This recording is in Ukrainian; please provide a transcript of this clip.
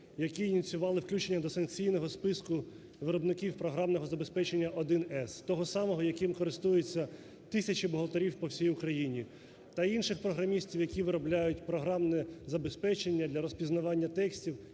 які ініціювали включення до санкційного списку виробників програмного забезпечення "1С", того самого, яким користується тисячі бухгалтерів по всій Україні, та інших програмістів, які виробляють програмне забезпечення для розпізнавання текстів